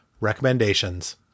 recommendations